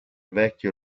vecchio